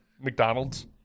McDonald's